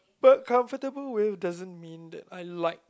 but comfortable with doesn't mean that I like